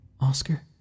Oscar